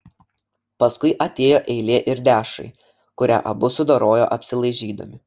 paskui atėjo eilė ir dešrai kurią abu sudorojo apsilaižydami